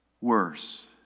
worse